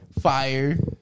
Fire